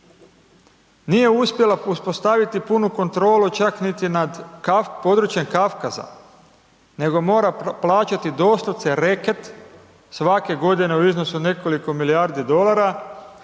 nije uspjela uspostaviti punu kontrolu čak niti nad područjem Kavkaza, nego mora plaćati doslovce reket svake godine u iznosu od nekoliko milijardi dolara